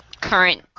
current